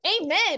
amen